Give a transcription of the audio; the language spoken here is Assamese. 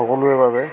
সকলোৰে বাবে